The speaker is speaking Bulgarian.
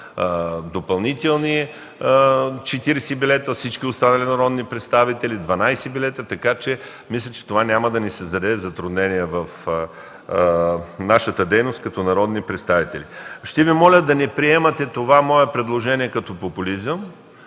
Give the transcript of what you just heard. допълнителни 40 билета, а всички останали народни представители – на 12 билета. Мисля, че това няма да ни създаде затруднения в нашата дейност като народни представители. Ще Ви моля да не приемате това мое предложение като популизъм,